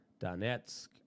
Donetsk